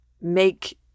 make